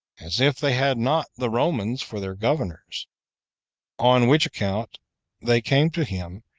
as if they had not the romans for their governors on which account they came to him,